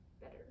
better